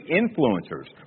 influencers